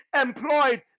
employed